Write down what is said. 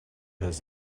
has